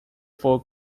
for